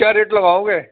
کیا ریٹ لگاؤ گے